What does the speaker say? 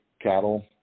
cattle